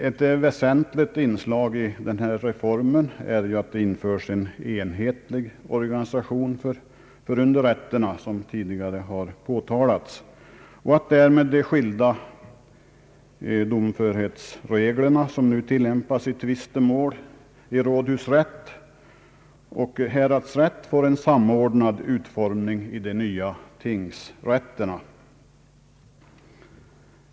Ett väsentligt inslag i denna reform är ju att det införs en enhetlig organisation för underrätterna — något som tidigare har påpekats — och att de skilda domförhetsregler som nu tillämpas vid tvistemål i rådhusrätt och häradsrätt därmed får en samordnad utformning vid de nya tingsrätterna.